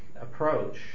approach